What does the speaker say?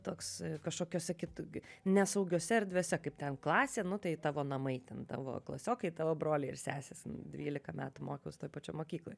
toks kažkokiose kitų gi nesaugiose erdvėse kaip ten klasė nu tai tavo namai ten tavo klasiokai tavo broliai ir sesės dvylika metų mokiaus toj pačioj mokykloj